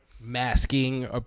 Masking